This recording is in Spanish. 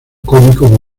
cómico